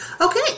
Okay